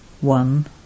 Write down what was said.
One